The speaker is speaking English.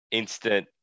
instant